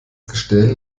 gestell